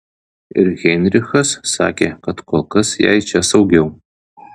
ir heinrichas sakė kad kol kas jai čia saugiau